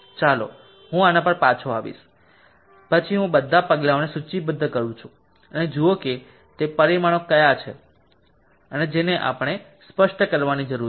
ચાલો હું આના પર પાછો આવીશ પછી હું બધા પગલાંને સૂચિબદ્ધ કરું છું અને જુઓ કે તે પરિમાણો કયા છે જેને આપણે સ્પષ્ટ કરવાની જરૂર છે